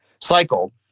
cycle